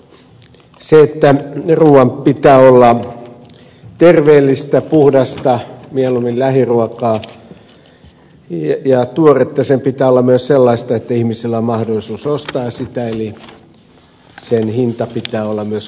sen lisäksi että ruuan pitää olla terveellistä puhdasta mieluimmin lähiruokaa ja tuoretta sen pitää olla myös sellaista että ihmisillä on mahdollisuus ostaa sitä eli sen hinnan pitää olla myös kohtuullinen